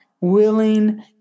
willing